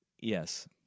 Yes